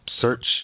search